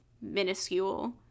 minuscule